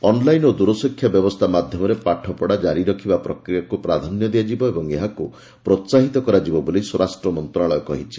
online ଓ ଦୂରଶିକ୍ଷା ବ୍ୟବସ୍ଥା ମାଧ୍ୟମରେ ପାଠପଢ଼ା ଜାରି ରଖିବା ପ୍ରକ୍ରିୟାକୁ ପ୍ରାଧାନ୍ୟ ଦିଆଯିବ ଏବଂ ଏହାକୁ ପ୍ରୋସାହିତ କରାଯିବ ବୋଲି ସ୍ୱରାଷ୍ଟ୍ର ମନ୍ତ୍ରଣାଳୟ କହିଛି